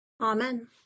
Amen